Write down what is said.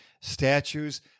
statues